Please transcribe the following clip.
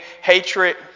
hatred